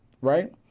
right